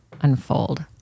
unfold